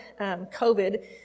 COVID